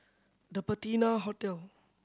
The Patina Hotel